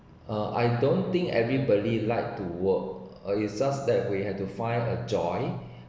uh I don't think everybody liked to work or it's just that we had to find a joy